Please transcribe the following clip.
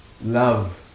love